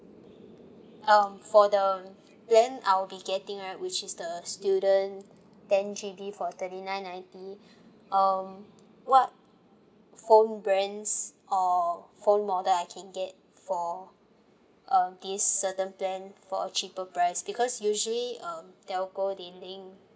um for the plan I'll be getting right which is the student ten G_B for thirty nine ninety um what phone brands or phone model I can get for uh this certain plan for a cheaper price because usually um telco they link